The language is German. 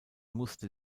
musste